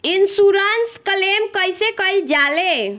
Insurance claim कइसे कइल जा ले?